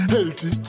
Healthy